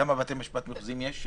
כמה בתי משפט מחוזיים יש?